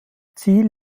ziel